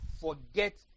forget